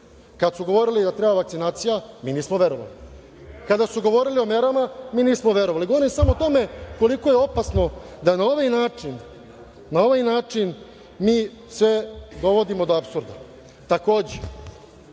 Kada su govorili da treba vakcinacija, mi nismo verovali. Kada su govorili o merama, mi nismo verovali. Govorim samo o tome koliko je opasno da na ovaj način mi sve dovodimo do apsurda. Takođe,